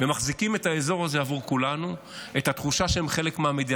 ומחזיקים את האזור הזה עבור כולנו את התחושה שהם חלק מהמדינה.